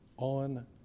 On